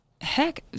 Heck